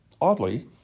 Oddly